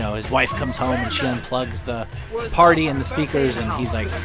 his wife comes home. and she unplugs the party and the speakers, and he's like,